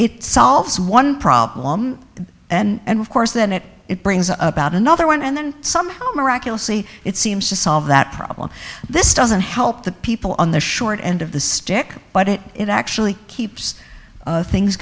it solves one problem and of course then it it brings up out another one and then somehow miraculously it seems to solve that problem this doesn't help the people on the short end of the stick but it actually keeps things